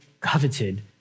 coveted